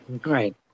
great